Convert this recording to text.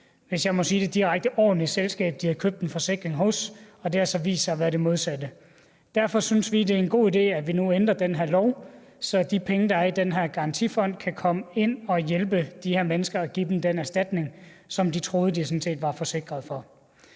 det direkte, ordentligt selskab, de havde købt en forsikring hos, og det har så vist sig at være det modsatte. Derfor synes vi, det er en god idé, at vi nu ændrer den her lov, så de penge, der er i den her garantifond, kan komme ind og hjælpe de her mennesker og give dem den erstatning, som de troede de sådan set var forsikret til